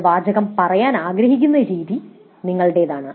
നിങ്ങൾ വാചകം പറയാൻ ആഗ്രഹിക്കുന്ന രീതി നിങ്ങളുടേതാണ്